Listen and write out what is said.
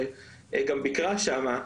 שגם ביקרה שם,